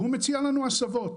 והוא מציע לנו הסבות.